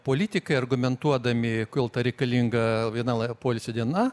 politikai argumentuodami kodėl ta reikalinga viena la poilsio diena